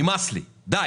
נמאס לי, די.